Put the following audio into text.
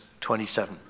27